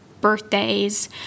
birthdays